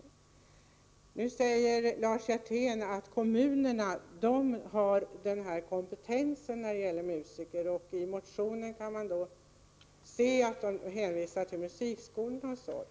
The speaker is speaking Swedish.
Lars Hjertén säger att det är kommunerna som har kompetensen när det gäller musikverksamhet, och i den moderata motionen hänvisas bl.a. till de kommunala musikskolorna.